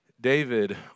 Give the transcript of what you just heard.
David